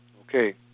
Okay